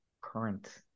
current